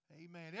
Amen